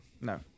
no